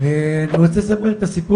אבא שלי.